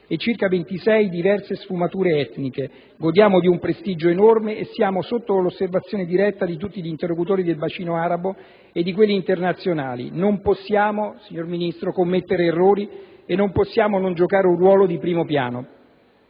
e circa 26 diverse sfumature etniche; godiamo di un prestigio enorme e siamo sotto l'osservazione diretta di tutti gli interlocutori del bacino arabo e di quelli internazionali. Non possiamo, signor Ministro, commettere errori e non possiamo non giocare un ruolo di primo piano.